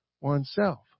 oneself